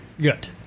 good